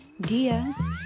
diaz